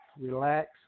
Relax